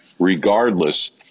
regardless